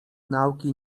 nauki